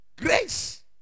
Grace